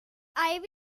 ivy